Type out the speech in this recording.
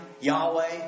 Yahweh